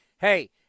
Hey